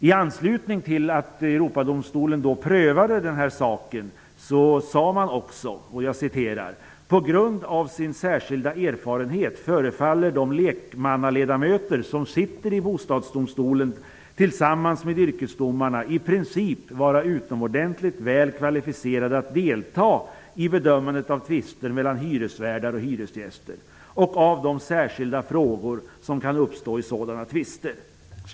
I anslutning till att Europadomstolen prövade saken uttalade den också följande: ''På grund av sin särskilda erfarenhet, förefaller de lekmannaledamöter som sitter i Bostadsdomstolen tillsammans med yrkesdomarna i princip vara utomordentligt väl kvalificerade att delta i bedömandet av tvister mellan hyresvärdar och hyresgäster och av de särskilda frågor som kan uppstå i sådana tvister''.